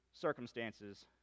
circumstances